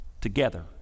together